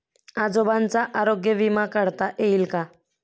आजोबांचा आरोग्य विमा काढता येईल का?